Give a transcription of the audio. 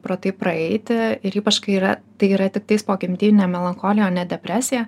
pro tai praeiti ir ypač kai yra tai yra tiktais pogimdyvinė melancholija o ne depresija